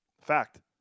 Fact